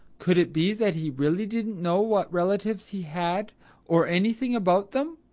could it be that he really didn't know what relatives he had or anything about them?